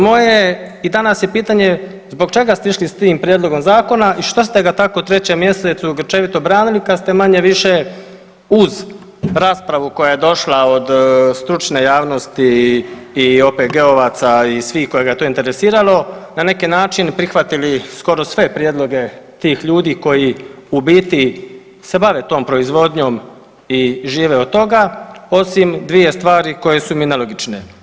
Moje i danas je pitanje zbog čega ste išli s tim prijedlogom zakona i što ste ga tako u 3. mjesecu grčevito branili kada ste manje-više uz raspravu koja je došla od stručne javnosti i OPG-ovaca i svih koje je to interesiralo na neki način prihvatili skoro sve prijedloge tih ljudi koji u biti se bave tom proizvodnjom i žive od toga osim dvije stvari koje su mi nelogične?